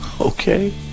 Okay